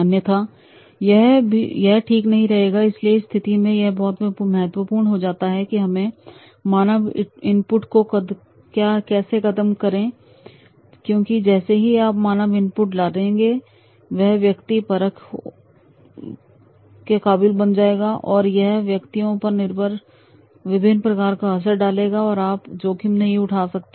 अन्यथा यह ठीक नहीं रहेगा इसलिए इस स्थिति में यह बहुत महत्वपूर्ण हो जाता है कि हम मानव इनपुट को कदम करें क्योंकि जैसे ही आप मानव इनपुट डालेंगे यह व्यक्ति परख होगा और यह व्यक्तियों पर विभिन्न असर डालेगा पर आप वह जोखिम नहीं उठा सकते